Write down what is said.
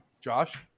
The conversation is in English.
Josh